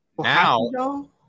now